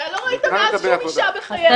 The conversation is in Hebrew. ולא ראית שום אישה בחייך.